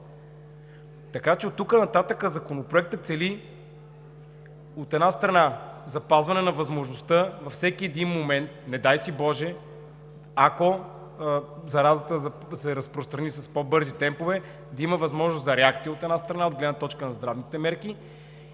хора. Оттук нататък Законопроектът цели, от една страна, запазване на възможността във всеки един момент, не дай си боже, ако заразата се разпространи с по-бързи темпове, да има възможност за реакции, от една страна, от гледна точка на здравните мерки,